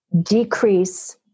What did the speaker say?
decrease